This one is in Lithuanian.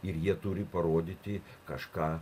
ir jie turi parodyti kažką